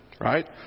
Right